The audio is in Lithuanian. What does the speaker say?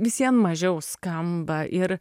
vis vien mažiau skamba ir